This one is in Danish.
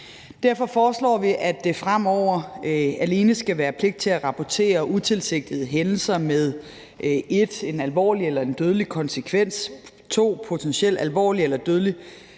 Derfor foreslår vi, at der fremover alene skal være pligt til at rapportere utilsigtede hændelser med 1) en alvorlig eller en dødelig konsekvens og 2) en potentielt alvorlig eller dødelig